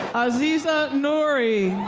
aziza noory.